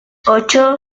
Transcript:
ocho